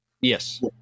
Yes